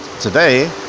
today